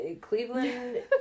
Cleveland